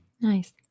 Nice